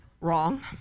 Wrong